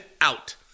out